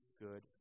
good